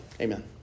Amen